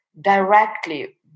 directly